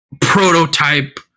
prototype